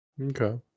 Okay